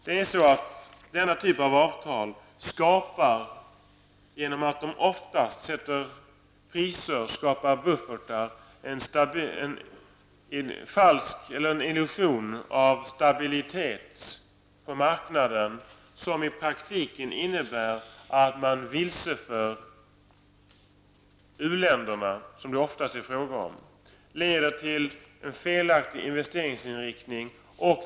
Genom att denna typ av avtal fastställer priser skapar de ofta buffertar och en illusion av stabilitet på marknaden, som i praktiken innebär att uländerna -- som det ofta är fråga om -- vilseförs. Detta leder till en felaktig investeringsinrikning.